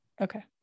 Okay